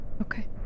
Okay